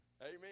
Amen